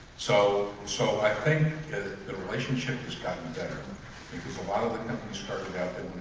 so so i think the relationship has gotten better because a lot of the companies started out that